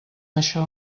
això